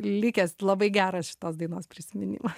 likęs labai geras šitos dainos prisiminimas